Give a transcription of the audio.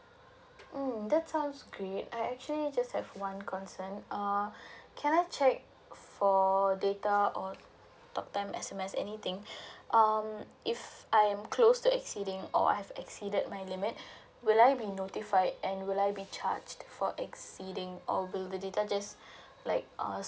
mm that sounds great I actually just have one concern uh can I check for data or talk time S_M_S anything um if I'm close to exceeding or I have exceeded my limit would I be notified and would I be charged for exceeding or will the data just like uh